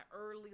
early